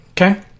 okay